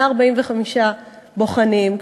145 בוחנים,